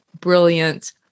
brilliant